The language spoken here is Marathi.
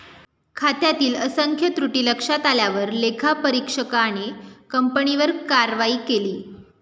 खात्यातील असंख्य त्रुटी लक्षात आल्यावर लेखापरीक्षकाने कंपनीवर कारवाई केली